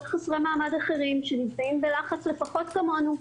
חסרי מעמד אחרים שנמצאים בלחץ לפחות כמונו,